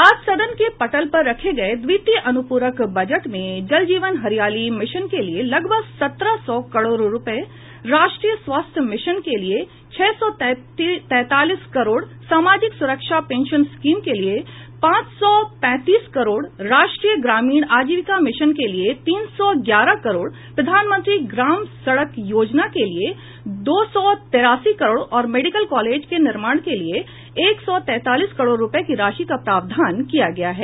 आज सदन के पटल पर रखे गये द्वितीय अनुपूरक बजट में जल जीवन हरियाली मिशन के लिए लगभग सत्रह सौ करोड़ रुपए राष्ट्रीय स्वास्थ्य मिशन के लिए छह सौ तैंतालीस करोड सामाजिक सुरक्षा पेंशन स्कीम के लिए पांच सौ पैंतीस करोड़ राष्ट्रीय ग्रामीण आजीविका मिशन के लिए तीन सौ ग्यारह करोड़ प्रधानमंत्री ग्राम सड़क योजना के लिए दो सौ तेरासी करोड़ और मेडिकल कॉलेजों के निर्माण के लिए एक सौ तैंतालीस करोड़ रूपए की राशि का प्रावधान किया गया है